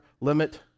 limit